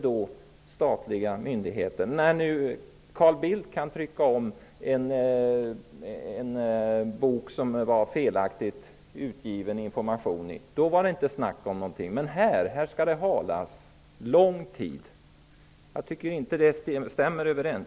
Då Carl Bildt lät trycka om en bok med felaktig information sades det inte något. Men här skall saker förhalas under lång tid. Det stämmer inte överens.